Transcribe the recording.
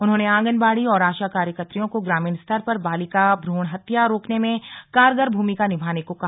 उन्होंने आंगनबाड़ी और आशा कार्यकर्वियों को ग्रामीण स्तर पर बालिका भ्रूण हत्या रोकने में कारगर भूमिका निभाने को कहा